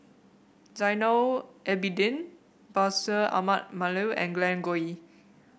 Zainal Abidin Bashir Ahmad Mallal and Glen Goei